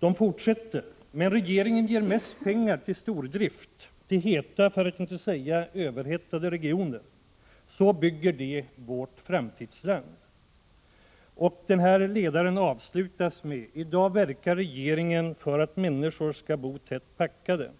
Man fortsätter: ”Men regeringen ger mest pengar till stordrift, till heta för att inte säga överhettade regioner. Så bygger de vårt framtidsland.” Ledaren avslutas med: ”I dag verkar regeringen för att människor ska bo tätt packade.